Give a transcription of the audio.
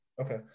Okay